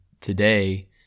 today